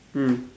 mm